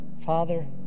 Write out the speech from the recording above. Father